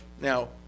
now